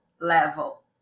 level